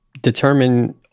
determine